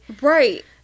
Right